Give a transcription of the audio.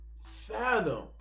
fathom